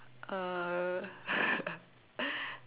uh